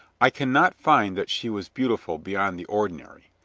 i can not find that she was beautiful beyond the ordinary.